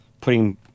putting